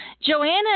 Joanna